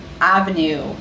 avenue